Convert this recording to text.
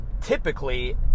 Typically